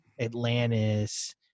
Atlantis